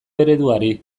ereduari